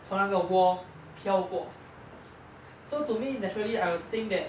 从那个 wall 飘过 so to me naturally I will think that